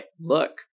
look